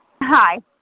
Hi